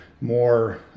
more